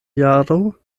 jaro